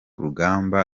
rugamba